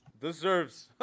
Deserves